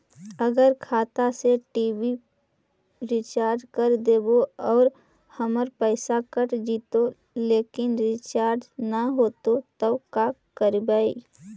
अगर खाता से टी.वी रिचार्ज कर देबै और हमर पैसा कट जितै लेकिन रिचार्ज न होतै तब का करबइ?